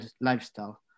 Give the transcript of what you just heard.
lifestyle